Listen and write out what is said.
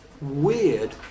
weird